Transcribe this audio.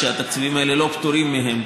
שהתקציבים האלה לא פטורים מהם,